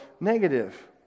negative